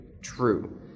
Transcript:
true